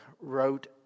wrote